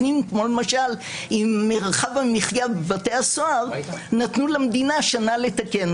כמו למשל עם מרחב המחיה בבתי הסוהר כאשר נתנו למדינה שנה לתקן.